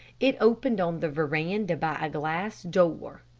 it opened on the veranda by a glass door,